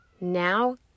now